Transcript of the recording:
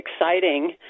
exciting